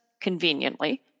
conveniently